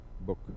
book